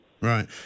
Right